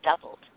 doubled